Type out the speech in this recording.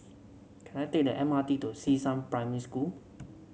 can I take the M R T to Xishan Primary School